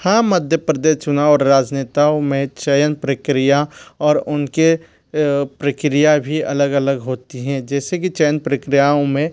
हाँ मध्य प्रदेश चुनाव और राजनेताओं मे चयन प्रक्रिया और उनके प्रक्रिया भी अलग अलग होती हैं जैसे कि चयन प्रक्रियाओं में